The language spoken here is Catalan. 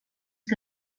que